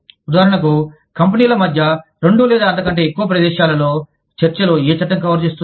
ఉదాహరణకు కంపెనీల మధ్య రెండు లేదా అంతకంటే ఎక్కువ దేశాలలో చర్చలు ఏ చట్టం కవర్ చేస్తుంది